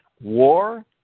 War